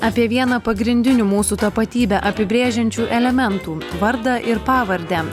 apie vieną pagrindinių mūsų tapatybę apibrėžiančių elementų vardą ir pavardę